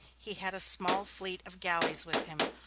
he had a small fleet of galleys with him,